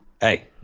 Hey